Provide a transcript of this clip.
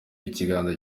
ikiganza